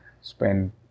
spend